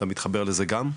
אתה מתחבר לזה גם?